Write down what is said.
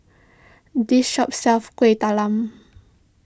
this shop sells Kueh Talam